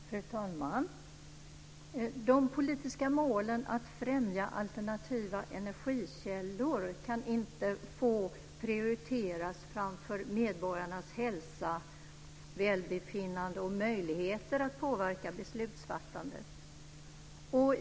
Fru talman! De politiska målen att främja alternativa energikällor kan inte få prioriteras framför medborgarnas hälsa, välbefinnande och möjligheter att påverka beslutsfattandet.